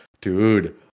Dude